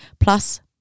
Plus